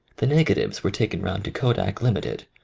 the negatives were taken round to kodak, ltd,